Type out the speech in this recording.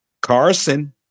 Carson